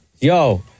Yo